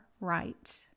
right